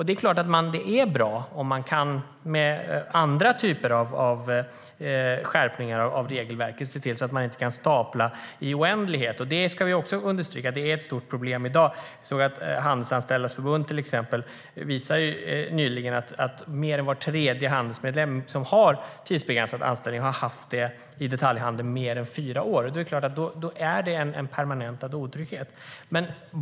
Det är bra om man med hjälp av andra typer av skärpningar av regelverket inte kan stapla anställningar i oändlighet. Vi understryker att det är ett stort problem i dag. Handelsanställdas förbund visade nyligen att mer än var tredje Handelsmedlem har eller har haft en tidsbegränsad anställning i detaljhandeln i mer än fyra år. Det är en permanentad otrygghet.